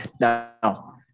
Now